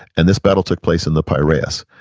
and this battle took place in the piraeus.